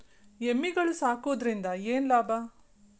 ಎಮ್ಮಿಗಳು ಸಾಕುವುದರಿಂದ ಏನು ಲಾಭ?